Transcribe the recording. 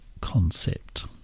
concept